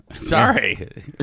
Sorry